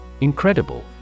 Incredible